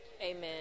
Amen